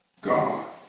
God